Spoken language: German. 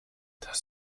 das